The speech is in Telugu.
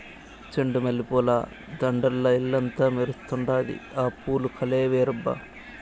చెండు మల్లె పూల దండల్ల ఇల్లంతా మెరుస్తండాది, ఆ పూవు కలే వేరబ్బా